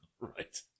right